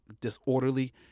disorderly